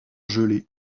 gelé